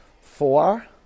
Four